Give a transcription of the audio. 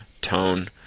Tone